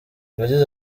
yagize